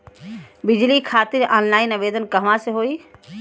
बिजली खातिर ऑनलाइन आवेदन कहवा से होयी?